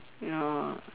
ya